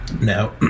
Now